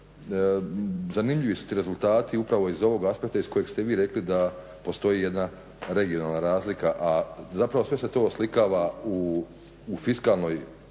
zanimljivi su ti rezultati upravo iz ovog aspekta iz kojeg ste vi rekli da postoji jedna regionalna razlika a zapravo sve se to oslikava u fiskalnim